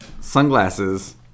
sunglasses